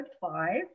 five